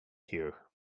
hear